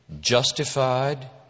justified